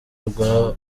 rwa